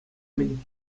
мӗн